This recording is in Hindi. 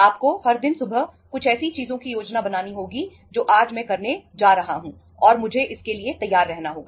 आपको हर दिन सुबह कुछ ऐसी चीजों की योजना बनानी होगी जो आज मैं करने जा रहा हूं और मुझे इसके लिए तैयार रहना होगा